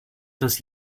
dass